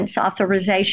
Authorization